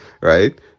right